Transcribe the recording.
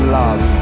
love